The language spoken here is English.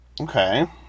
Okay